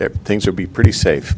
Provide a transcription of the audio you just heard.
that things would be pretty safe